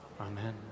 Amen